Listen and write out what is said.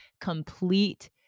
complete